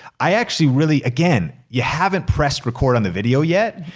i actually really, again, you haven't pressed record on the video yet,